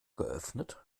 geöffnet